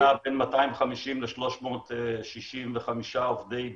בחודש וחצי האחרון המספר נע בין 250 ל-365 עובדי בידוד.